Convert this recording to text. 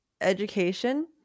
education